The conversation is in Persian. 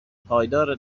پایدار